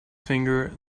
finger